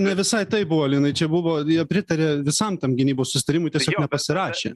ne visai taip buvo linai čia buvo pritarė visam tam gynybos susitarimui tiesiog nepasirašė